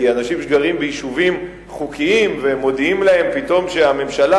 כי אנשים גרים ביישובים חוקיים ומודיעים להם פתאום שהממשלה,